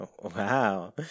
Wow